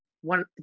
one